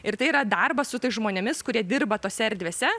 ir tai yra darbas su tais žmonėmis kurie dirba tose erdvėse